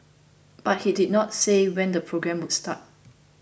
but he did not say when the programme would start